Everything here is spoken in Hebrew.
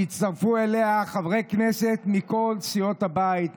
שהצטרפו אליה חברי כנסת מכל סיעות הבית,